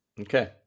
Okay